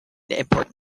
important